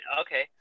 Okay